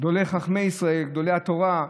גדולי חכמי ישראל, גדולי התורה,